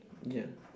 ya